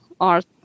art